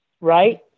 right